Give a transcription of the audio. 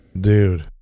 Dude